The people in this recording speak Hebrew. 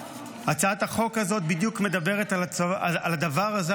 הצעת החוק הזאת מדברת בדיוק על הדבר הזה,